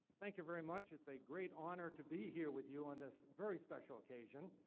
thank you very much. it's a great honor to be here with you on this very special occasion.